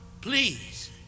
please